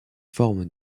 forme